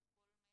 וזה כל המדיה,